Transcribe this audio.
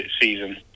season